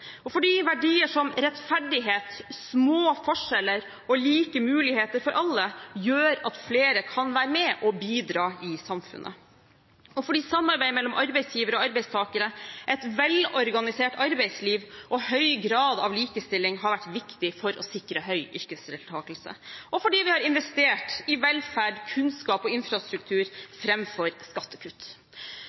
fordi verdier som rettferdighet, små forskjeller og like muligheter for alle gjør at flere kan være med og bidra i samfunnet, fordi samarbeid mellom arbeidsgivere og arbeidstakere, et velorganisert arbeidsliv og en høy grad av likestilling har vært viktig for å sikre høy yrkesdeltakelse, og fordi vi har investert i velferd, kunnskap og infrastruktur framfor skattekutt.